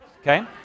okay